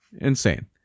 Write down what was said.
Insane